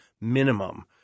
minimum